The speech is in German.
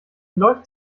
läuft